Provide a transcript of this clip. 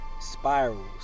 spirals